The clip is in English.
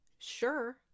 sure